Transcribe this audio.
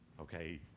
Okay